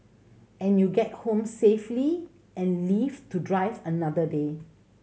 and you get home safely and live to drive another day